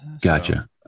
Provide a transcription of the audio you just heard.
Gotcha